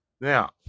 Now